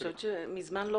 אני חושבת שמזמן לא